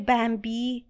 Bambi